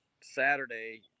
Saturday